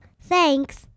Thanks